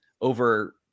over